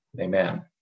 amen